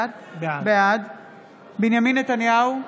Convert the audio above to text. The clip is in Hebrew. בעד בנימין נתניהו,